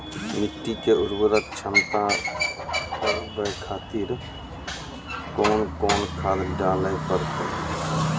मिट्टी के उर्वरक छमता बढबय खातिर कोंन कोंन खाद डाले परतै?